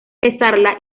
besarla